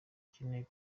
dukeneye